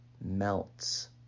melts